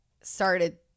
started